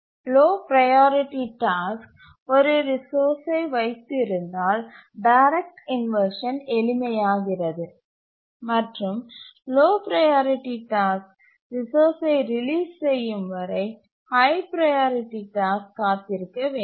low priority task ஒரு ரிசோர்ஸ்சை வைத்து இருந்தால் டைரக்ட் இன்வர்ஷன் எளிமையாகிறது மற்றும் லோ ப்ரையாரிட்டி டாஸ்க் ரிசோர்ஸ்சை ரிலீஸ் செய்யும் வரை ஹய் ப்ரையாரிட்டி டாஸ்க் காத்திருக்க வேண்டும்